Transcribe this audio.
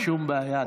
אבל אין שום בעיה.